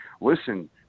listen